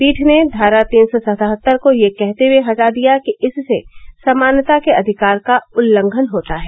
पीठ ने धारा तीन सौ सतहत्तर को यह कहते हुए हटा दिया कि इससे समानता के अधिकार का उल्लंघन होता है